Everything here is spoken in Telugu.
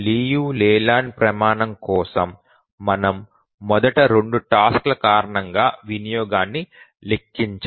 లియు లేలాండ్ ప్రమాణం కోసం మనం మొదట 2 టాస్క్ ల కారణంగా వినియోగాన్ని లెక్కించాలి